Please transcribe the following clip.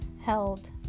held